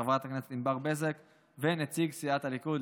חברת הכנסת ענבר בזק ונציג סיעת הליכוד,